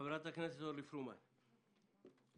חברת הכנסת אורלי פרומן, בבקשה.